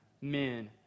men